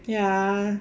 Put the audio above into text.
ya